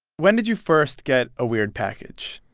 when did you first get a weird package?